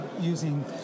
using